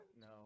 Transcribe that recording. No